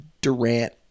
Durant